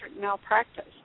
malpractice